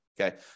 Okay